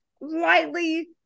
lightly